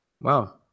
wow